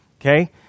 Okay